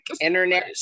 internet